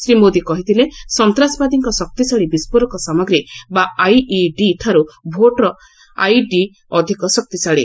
ଶ୍ରୀ ମୋଦି କହିଥିଲେ ସନ୍ତାସବାଦୀଙ୍କ ଶକ୍ତିଶାଳୀ ବିସ୍ଫୋରକ ସାମଗ୍ରୀ ବା ଆଇଇଡି ଠାରୁ ଭୋଟର ଅଇଡି ଅଧିକ ଶକ୍ତିଶାଳୀ